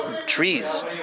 trees